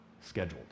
scheduled